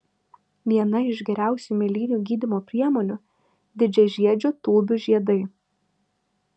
viena iš geriausių mėlynių gydymo priemonių didžiažiedžių tūbių žiedai